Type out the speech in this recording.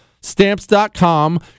Stamps.com